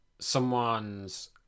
someone's